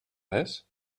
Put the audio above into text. res